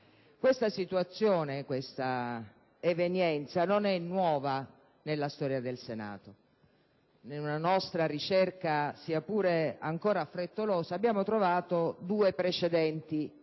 Questa situazione, questa evenienza, non è nuova nella storia del Senato. In una nostra ricerca, sia pure ancora frettolosa, abbiamo trovato due precedenti analoghi.